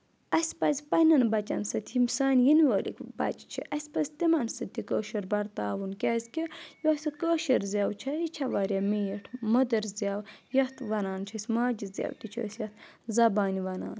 اَسہِ پَزِ پنٛنؠن بَچَن سۭتۍ یِم سانہِ یِنہٕ وٲلِک بَچہِ چھِ اَسہِ پَزِ تِمَن سۭتۍ تہِ کٲشُر بَرتاوُن کیٛازِکہِ یۄس کٲشِر زؠو چھِ یہِ چھِ واریاہ میٖٹھ مٔدٕر زؠو یَتھ وَنان چھِ أسۍ ماجہِ زؠو تہِ چھِ أسۍ یَتھ زَبانہِ وَنان